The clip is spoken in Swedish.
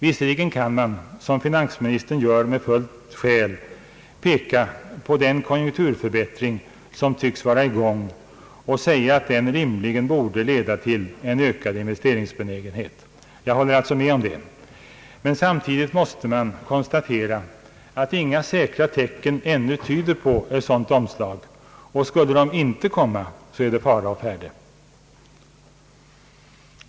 Visserligen kan man, som finansministern gör, med fullt skäl peka på den konjunkturförbättring som tycks vara i gång och säga att den rimligen borde leda till en ökad investeringsbenägenhet — jag håller med om det — men samtidigt måste man konstatera att inga säkra tecken ännu tyder på ett sådant omslag, och skulle det inte komma så är fara å färde.